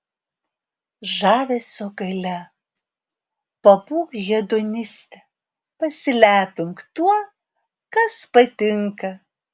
žavesio galia pabūk hedoniste pasilepink tuo kas patinka